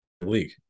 league